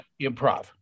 improv